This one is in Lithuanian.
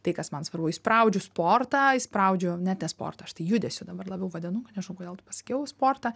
tai kas man svarbu įspraudžiu sportą įspraudžiu net ne sportą aš tai judesiu dabar labiau vadinu nežinau kodėl taip pasakiau sportą